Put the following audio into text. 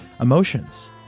emotions